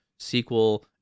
SQL